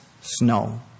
snow